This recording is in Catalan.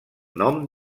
nom